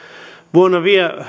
vuonna